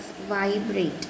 vibrate